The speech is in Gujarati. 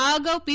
આ અગાઉ પી